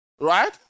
right